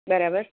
બરાબર